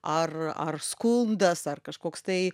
ar ar skundas ar kažkoks tai